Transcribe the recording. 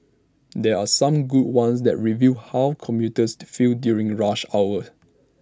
there are some good ones that reveal how commuters feel during rush hour